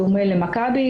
בדומה למכבי,